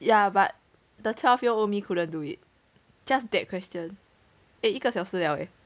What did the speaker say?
ya but the twelve year old me couldn't do it just that question it eh 一个小时了诶